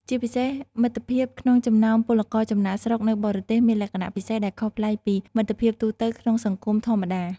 ជាពិសេសមិត្តភាពក្នុងចំណោមពលករចំណាកស្រុកនៅបរទេសមានលក្ខណៈពិសេស ដែលខុសប្លែកពីមិត្តភាពទូទៅក្នុងសង្គមធម្មតា ។